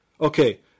Okay